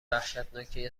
وحشتناکی